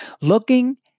looking